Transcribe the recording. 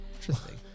interesting